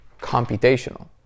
computational